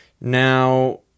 Now